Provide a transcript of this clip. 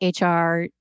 HR